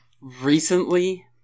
recently